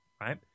right